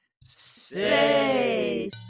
say